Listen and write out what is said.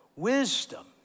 wisdom